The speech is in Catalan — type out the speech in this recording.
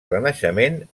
renaixement